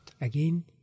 again